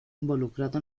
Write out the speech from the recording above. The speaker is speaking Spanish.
involucrado